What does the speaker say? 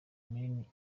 minini